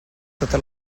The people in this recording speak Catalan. tota